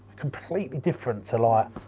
completely different to, like.